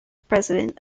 president